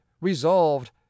resolved